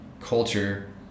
culture